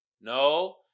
No